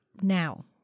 Now